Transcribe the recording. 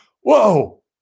whoa